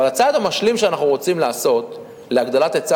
אבל הצד המשלים שאנחנו רוצים לעשות להגדלת היצע